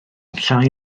llai